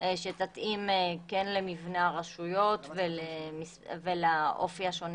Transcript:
שכן תתאים למבנה הרשויות ולאופי השונה